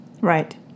Right